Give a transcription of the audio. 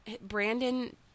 Brandon